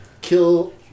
kill